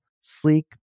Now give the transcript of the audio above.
sleek